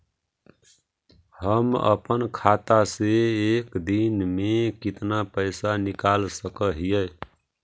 हम अपन खाता से एक दिन में कितना पैसा निकाल सक हिय?